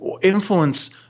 Influence